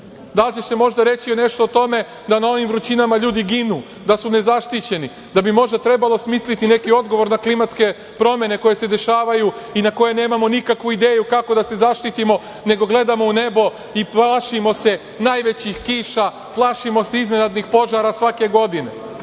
Da li će se možda reći nešto o tome da na ovim vrućinama ljudi ginu, da su nezaštićeni, da bi možda trebalo smisliti neki odgovor na klimatske promene koje se dešavaju i na koje nemamo nikakvu ideju kako da se zaštitimo nego gledamo u nebo i plašimo se najvećih kiša, plašimo se iznenadnih požara svake godine?